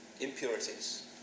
impurities